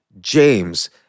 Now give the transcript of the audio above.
James